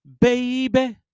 Baby